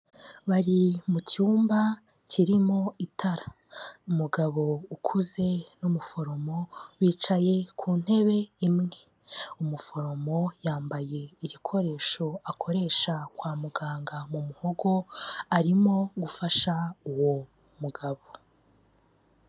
Bari mu cyumba kirimo, itara umugabo ukuze n'umuforomo bicaye ku ntebe imwe, umuforomo yambaye igikoresho akoresha kwa muganga mu muhogo arimo gufasha uwo mugabo.